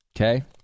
Okay